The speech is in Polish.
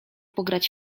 pograć